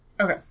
Okay